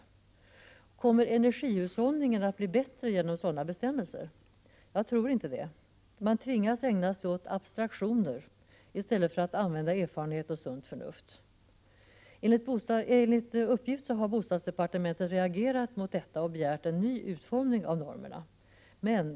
Kommer energihushållningen att bli bättre genom sådana bestämmelser? Jag tror inte det. Man tvingas ägna sig åt abstraktioner i stället för att använda erfarenhet och sunt förnuft. Enligt uppgift har bostadsdepartementet reagerat mot detta och begärt en ny utformning av normerna.